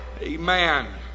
Amen